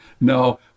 No